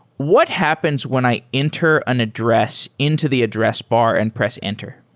what happens when i enter an address into the address bar and press enter?